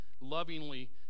lovingly